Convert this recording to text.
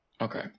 okay